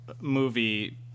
movie